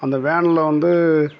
அந்த வேனில் வந்து